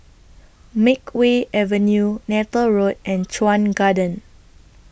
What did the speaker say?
Makeway Avenue Neythal Road and Chuan Garden